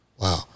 Wow